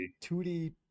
2d